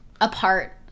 Apart